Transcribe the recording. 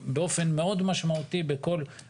לא של משרד ממשלתי כזה או אחר.